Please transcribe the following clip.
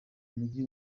mujyi